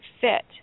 fit